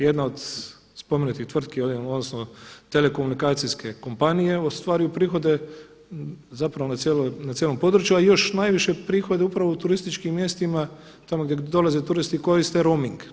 Jedna od spomenutih tvrtki … odnosno telekomunikacijske kompanije ostvaruju prihode na cijelom području, a još najviše prihode upravo u turističkim mjestima tamo gdje dolaze turiste koriste roming.